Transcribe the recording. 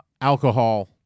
alcohol